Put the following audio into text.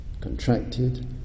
contracted